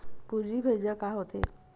पूंजी भेजना का होथे?